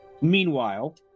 meanwhile